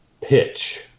Pitch